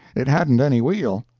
it hadn't any wheel,